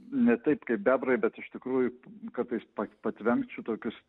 ne taip kaip bebrai bet iš tikrųjų kartais pa patvenkt šitokius